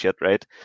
right